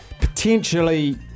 potentially